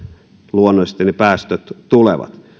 luonnollisesti ne päästöt tulevat